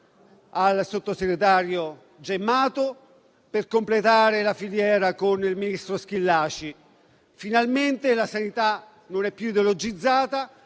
al sottosegretario Gemmato, per completare la filiera con il ministro Schillaci. Finalmente la sanità non è più ideologizzata,